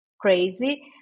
crazy